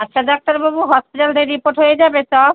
আচ্ছা ডাক্তারবাবু হসপিটাটায় রিপোর্ট হয়ে যাবে সব